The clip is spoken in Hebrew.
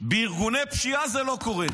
אני רוצה להגיד לכם, בארגוני פשיעה זה לא קורה.